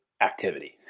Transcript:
activity